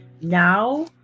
now